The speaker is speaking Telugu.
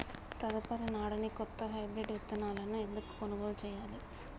తదుపరి నాడనికి కొత్త హైబ్రిడ్ విత్తనాలను ఎందుకు కొనుగోలు చెయ్యాలి?